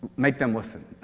make them listen,